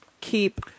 keep –